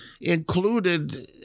included